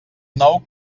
nou